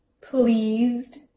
Pleased